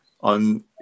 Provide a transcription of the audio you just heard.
on